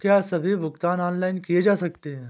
क्या सभी भुगतान ऑनलाइन किए जा सकते हैं?